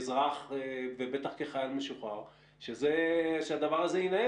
כאזרח ובטח כחייל משוחרר הוא שהדבר הזה יינעל